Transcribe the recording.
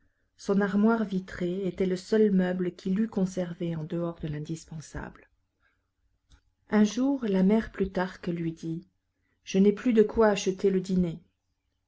son armoire vitrée était le seul meuble qu'il eût conservé en dehors de l'indispensable un jour la mère plutarque lui dit je n'ai pas de quoi acheter le dîner